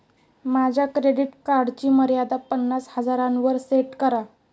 माझ्या क्रेडिट कार्डची मर्यादा पन्नास हजारांवर सेट करा